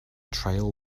trail